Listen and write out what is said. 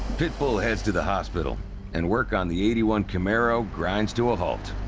pitbull heads to the hospital and work on the eighty one camaro grinds to a halt.